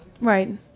Right